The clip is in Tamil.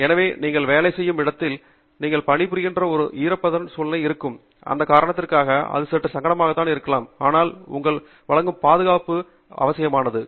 எனவே நீங்கள் வேலை செய்யும் இடத்தின் அடிப்படையில் நீங்கள் பணி புரியும் ஒரு ஈரப்பதமான சூழலில் இருந்தால் அந்த காரணத்திற்காக அது சற்று சங்கடமானதாக இருக்கலாம் ஆனால் அது உங்களிடம் வழங்கும் பாதுகாப்பு அவசியமானது